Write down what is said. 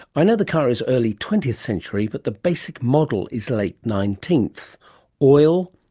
i know the car is early twentieth century, but the basic model is late nineteenth oil,